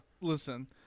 listen